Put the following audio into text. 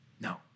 No